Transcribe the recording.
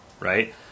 right